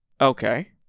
Okay